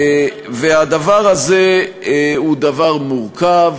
הדבר הזה הוא דבר מורכב